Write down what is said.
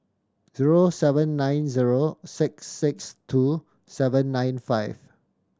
zero seven nine zero six six two seven nine five